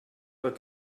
pas